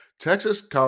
texas